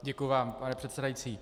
Děkuji vám, pane předsedající.